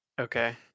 okay